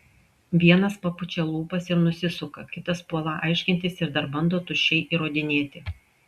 vienas papučia lūpas ir nusisuka kitas puola aiškintis ir dar bando tuščiai įrodinėti